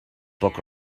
book